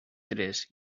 tres